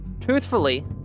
Truthfully